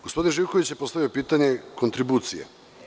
Gospodin Živković je postavio pitanje kontribucije.